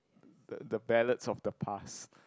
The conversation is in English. the the ballads of the past